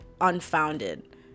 unfounded